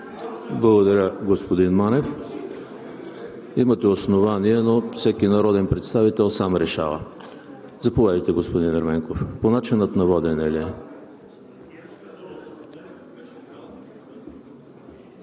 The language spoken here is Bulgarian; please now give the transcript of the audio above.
Благодаря, господин Манев. Имате основание, но всеки народен представител сам решава. Заповядайте, господин Ерменков. По начина на водене ли